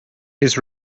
his